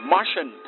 Martian